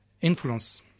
influence